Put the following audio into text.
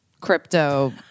crypto